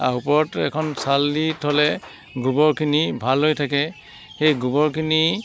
ওপৰত এখন ছাল দি থ'লে গোবৰখিনি ভাল হৈ থাকে সেই গোবৰখিনি